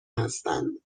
هستند